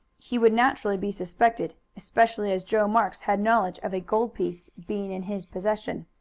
he would naturally be suspected, especially as joe marks had knowledge of a gold piece being in his possession.